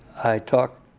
i talked